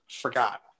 Forgot